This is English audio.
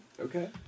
Okay